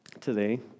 today